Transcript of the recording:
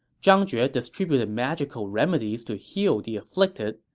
zhang jue distributed magical remedies to heal the afflicted,